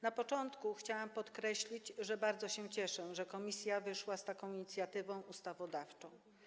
Na początku chciałam podkreślić, że bardzo się cieszę, że komisja wyszła z taką inicjatywą ustawodawczą.